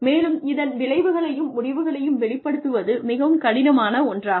மேலும் இதன் விளைவுகளையும் முடிவுகளையும் வெளிப்படுத்துவது மிகவும் கடினமான ஒன்றாகும்